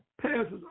passes